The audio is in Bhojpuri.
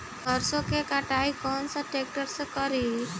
सरसों के कटाई कौन सा ट्रैक्टर से करी?